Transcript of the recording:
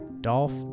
Dolph